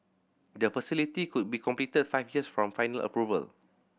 the facility could be completed five years from final approval